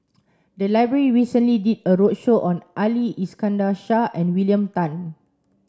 the library recently did a roadshow on Ali Iskandar Shah and William Tan